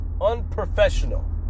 unprofessional